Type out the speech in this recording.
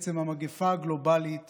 בעצם המגפה הגלובלית